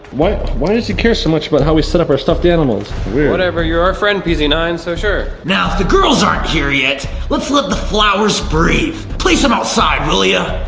why why does he care so much about how we set up our stuffed animals? weird. whatever, you're our friend, p z nine, so sure. now if the girls aren't here yet, let's let the flowers breathe. place them outside, will ya?